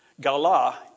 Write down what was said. gala